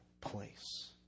place